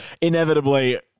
Inevitably